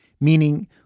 meaning